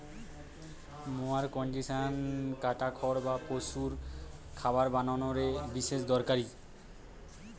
mower conditioner কাটা খড় বা পশুর খাবার বানানা রে বিশেষ দরকারি